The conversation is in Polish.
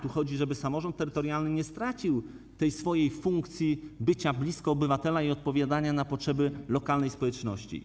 Tu chodzi o to, żeby samorząd terytorialny nie stracił tej swojej funkcji bycia blisko obywatela i odpowiadania na potrzeby lokalnej społeczności.